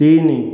ତିନି